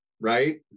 right